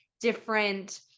different